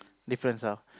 different style